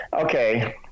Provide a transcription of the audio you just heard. okay